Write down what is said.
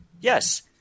yes